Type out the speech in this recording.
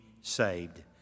saved